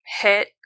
hit